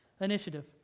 initiative